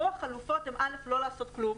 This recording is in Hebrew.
כאן החלופות הן, ראשית, לא לעשות כלום,